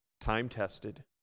time-tested